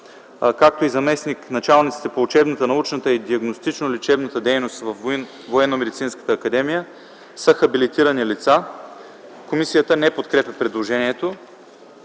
както и заместник-началниците по учебната, научната и диагностично-лечебната дейност във Военномедицинската академия са хабилитирани лица.” Комисията не подкрепя предложението.